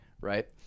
right